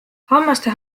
hammaste